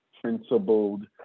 principled